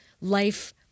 life